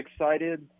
excited